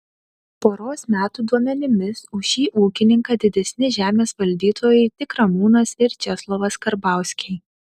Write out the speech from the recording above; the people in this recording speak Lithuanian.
poros metų duomenimis už šį ūkininką didesni žemės valdytojai tik ramūnas ir česlovas karbauskiai